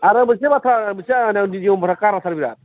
आरो मोनसे बाथ्रा फैसा होनायाव देरि होनबाथाय खाराथार आंना